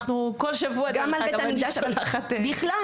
אז גם על בית המקדש ובכלל.